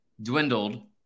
dwindled